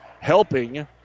helping